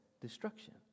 destruction